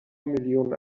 میلیون